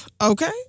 Okay